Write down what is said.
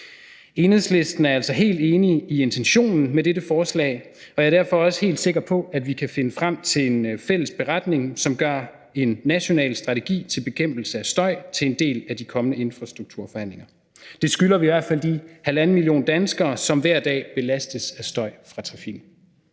Enhedslisten er altså helt enige i intentionen med dette forslag, og jeg er derfor også helt sikker på, at vi kan finde frem til en fælles beretning, som gør en national strategi til bekæmpelse af støj til en del af de kommende infrastrukturforhandlinger. Det skylder vi i hvert fald de halvanden million danskere, som hver dag belastes af støj fra trafikken.